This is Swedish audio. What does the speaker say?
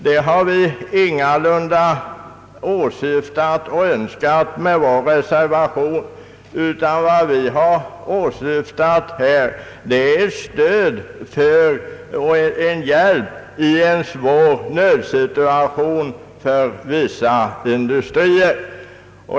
Det är ingalunda det vi har åsyftat eller önskat med vår reservation, utan vad vi önskar är ett stöd i en nödsituation för vissa industrier.